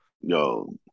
yo